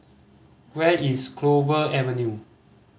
where is Clover Avenue